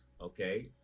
okay